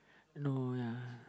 no lah